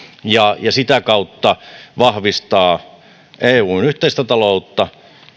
ja sitä kautta vahvistaa eun yhteistä taloutta